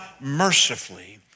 mercifully